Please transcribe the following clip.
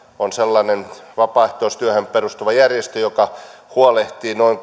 on sellainen vapaaehtoistyöhön perustuva järjestö joka huolehtii noin